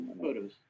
Photos